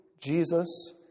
Jesus